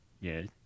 Yes